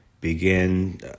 begin